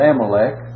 Amalek